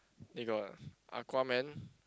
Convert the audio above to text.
they got Aquaman